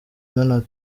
donald